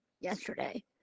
yesterday